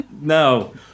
No